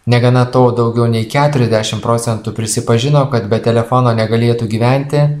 negana to daugiau nei keturiasdešim procentų prisipažino kad be telefono negalėtų gyventi